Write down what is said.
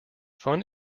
fun